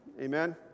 Amen